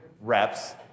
reps